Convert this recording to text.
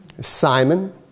Simon